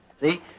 See